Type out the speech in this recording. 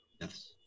Yes